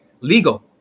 legal